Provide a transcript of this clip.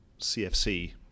CFC